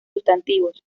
sustantivos